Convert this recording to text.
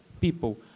people